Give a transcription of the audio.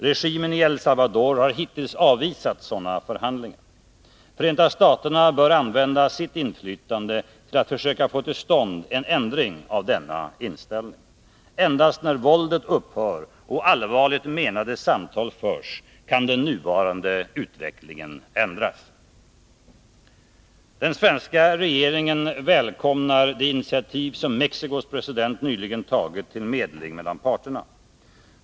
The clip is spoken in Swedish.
Regimen i El Salvador har hittills avvisat sådana förhandlingar. Förenta staterna bör använda sitt inflytande till att försöka få till stånd en ändring av denna inställning. Endast när våldet upphör och allvarligt menade samtal förs kan den nuvarande utvecklingen ändras. Den svenska regeringen välkomnar det initiativ som Mexicos president nyligen tagit till medling mellan parterna.